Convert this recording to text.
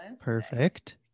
Perfect